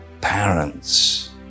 parents